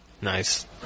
Nice